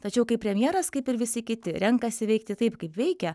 tačiau kai premjeras kaip ir visi kiti renkasi veikti taip kaip veikia